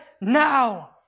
now